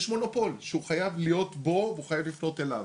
יש מונופול שהוא חייב להיות בו והוא חייב לפנות אליו.